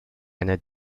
einer